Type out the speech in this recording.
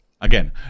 again